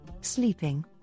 sleeping